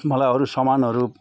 मलाई अरू सामानहरू